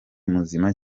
muzima